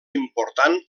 important